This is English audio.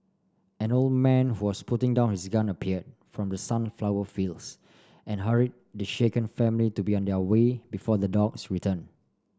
an old man who was putting down his gun appeared from the sunflower fields and hurried the shaken family to be on their way before the dogs return